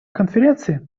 конференции